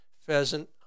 pheasant